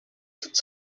toute